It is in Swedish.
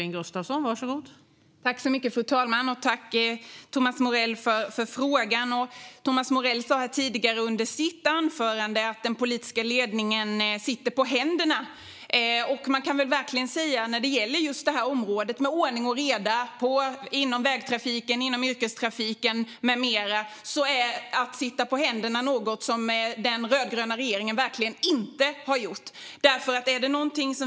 Fru talman! Jag tackar Thomas Morell för frågan. Thomas Morell sa tidigare i sitt anförande att den politiska ledningen sitter på händerna. Inom området ordning och reda i vägtrafiken, yrkestrafiken med mera har den rödgröna regeringen verkligen inte suttit på händerna.